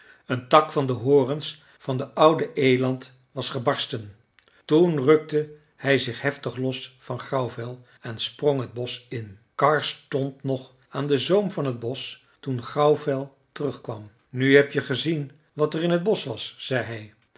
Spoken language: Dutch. een tak van de horens van den ouden eland was gebarsten toen rukte hij zich heftig los van grauwvel en sprong het bosch in karr stond nog aan den zoom van t bosch toen grauwvel terugkwam nu heb je gezien wat er in het bosch was zei